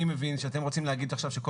אני מבין שאתם רוצים להגיד עכשיו שכל